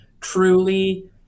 truly